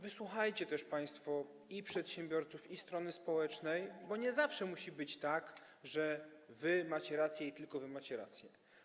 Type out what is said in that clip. Wysłuchajcie też państwo przedsiębiorców i strony społecznej, bo nie zawsze musi być tak, że wy macie rację, że tylko wy macie rację.